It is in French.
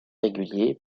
irrégulier